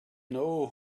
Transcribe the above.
know